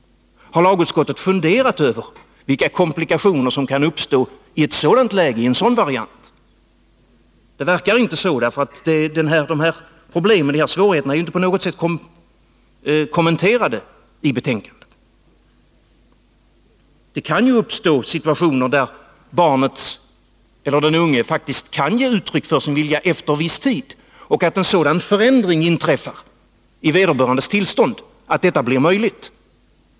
Har lagutskottet funderat över vilka komplikationer som kan uppstå i ett sådant läge, vid en sådan variant? Det verkar inte så, eftersom de här problemen och svårigheterna inte på något sätt är kommenterade i betänkandet. Det kan uppstå situationer där barnet eller den unge faktiskt kan ge uttryck för sin vilja efter viss tid, där en sådan förändring inträffar i vederbörandes tillstånd att detta blir möjligt.